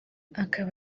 akaba